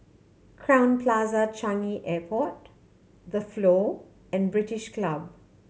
Crowne Plaza Changi Airport The Flow and British Club